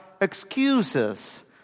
Excuses